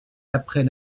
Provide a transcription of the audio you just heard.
après